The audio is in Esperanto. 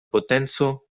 potenco